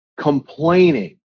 complaining